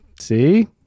See